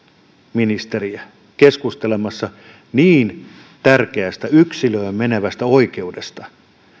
ministeriä keskustelemassa niin tärkeästä yksilöön menevästä oikeudesta